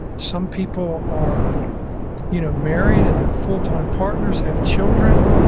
some people are you know married and have full-time partners, have children.